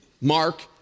Mark